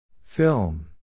Film